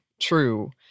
True